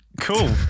Cool